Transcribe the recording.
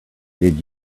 did